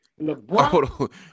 LeBron